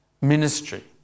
ministry